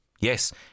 Yes